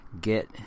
get